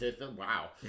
Wow